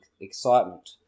excitement